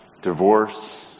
divorce